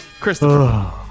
Christopher